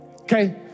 okay